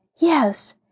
Yes